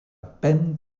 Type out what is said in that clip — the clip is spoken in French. peine